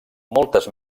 moltes